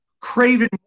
Craven